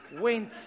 went